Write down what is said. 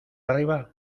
arriba